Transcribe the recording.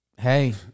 hey